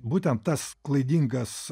būtent tas klaidingas